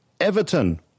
Everton